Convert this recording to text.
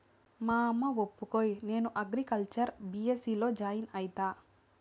అమ్మా ఒప్పుకోయే, నేను అగ్రికల్చర్ బీ.ఎస్.సీ లో జాయిన్ అయితా